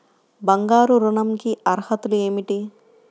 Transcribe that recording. బంగారు ఋణం కి అర్హతలు ఏమిటీ?